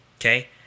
okay